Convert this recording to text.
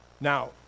now